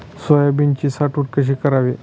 सोयाबीनची साठवण कशी करावी?